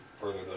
further